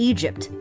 Egypt